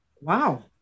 wow